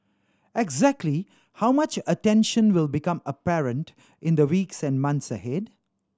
exactly how much attention will become apparent in the weeks and months ahead